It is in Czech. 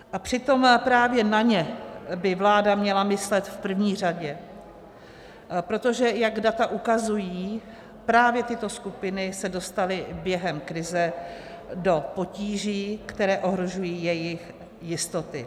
A přitom právě na ně by vláda měla myslet v první řadě, protože jak data ukazují, právě tyto skupiny se dostaly během krize do potíží, které ohrožují jejich jistoty.